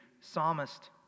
psalmist